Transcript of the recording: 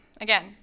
Again